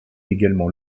également